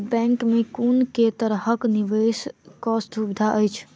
Bank मे कुन केँ तरहक निवेश कऽ सुविधा अछि?